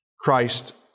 Christ